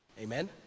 Amen